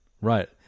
Right